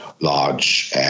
large